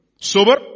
Sober